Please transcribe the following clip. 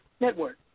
Network